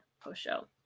post-show